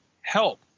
help